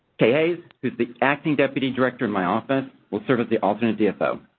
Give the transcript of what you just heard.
kaye hayes, who's the acting deputy director in my office, will serve as the alternate dfo.